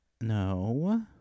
No